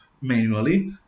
manually